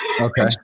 Okay